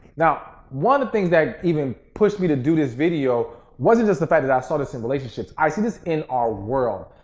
now, one of the things that even pushed me to do this video wasn't just the fact that i saw this in relationships. i see this in our world.